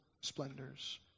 splendors